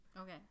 Okay